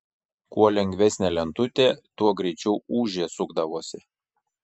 kuo lengvesnė lentutė tuo greičiau ūžė sukdavosi